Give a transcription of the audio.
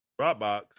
Dropbox